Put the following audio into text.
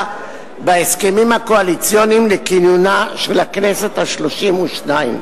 בהסכמים הקואליציוניים לכינונה של הממשלה ה-32.